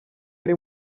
yari